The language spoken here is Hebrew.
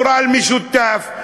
גורל משותף,